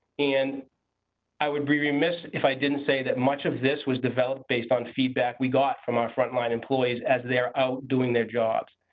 and i would be remiss if i didn't say that much of this was developed based on feedback we got from our front-line employees as they're doing their jobs,